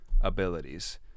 abilities